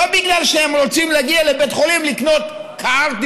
לא בגלל שהם רוצים להגיע לבית חולים כדי לקנות קרטיבים.